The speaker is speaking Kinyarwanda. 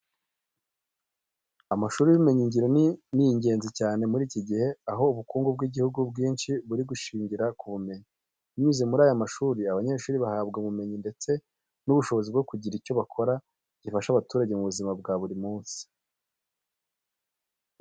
Amashuri y'ubumenyingiro ni ingenzi cyane muri iki gihe aho ubukungu bw'ibihugu byinshi buri gushingira ku bumenyi. Binyuze muri aya mashuri abanyeshuri bahabwa ubumenyi ndetse n'ubushobozi bwo kugira icyo bakora gifasha abaturage mu buzima bwa buri munsi.